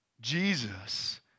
Jesus